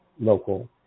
local